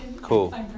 Cool